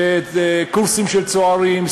בקורסים של צוערים,